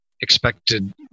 expected